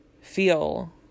feel